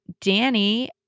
Danny